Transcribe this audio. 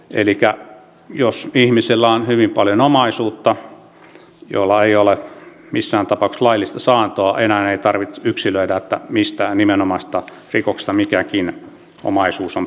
elikkä jos ihmisellä on hyvin paljon omaisuutta jolla ei ole missään tapauksessa laillista saantoa enää ei tarvitse yksilöidä mistä nimenomaisesta rikoksesta mikäkin omaisuus on peräisin